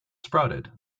sprouted